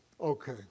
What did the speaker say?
Okay